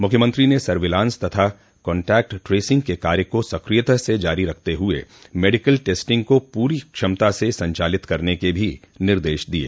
मुख्यमंत्री ने सर्विलांस तथा कॉन्टेक्ट ट्रेसिंग के कार्य को सक्रियता से जारी रखते हुए मेडिकल टेस्टिंग को पूरी क्षमता से संचालित करने के भी निर्देश दिये